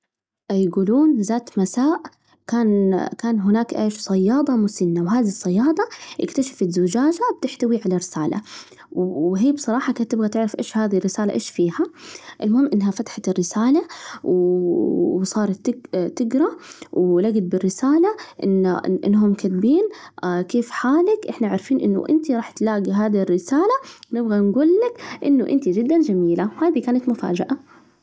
يجولون ذات مساء كان كان هناك إيش؟ صيادة مسنّة، وهذه الصيادة اكتشفت زجاجة تحتوي على رسالة، وهي بصراحة كانت تبغى تعرف إيش هذه الرسالة، إيش فيها؟ المهم إنها فتحت الرسالة وصارت تجرأ، ولجت بالرسالة إنهم كاتبين كيف حالك؟ إحنا عارفين إنه أنتِ راح تلاجي هذه الرسالة نبغى نجول لكِ إنكِ جداً جميلة، وهذه كانت مفاجأة.